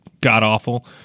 god-awful